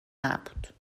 نبود